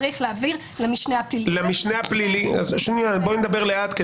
צריכים להעביר למשנה הפלילי --- בואי נדבר לאט,